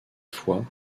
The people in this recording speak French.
fois